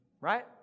right